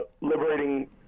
liberating